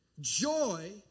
joy